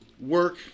work